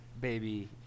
baby